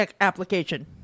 application